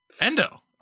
Endo